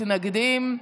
24 מתנגדים.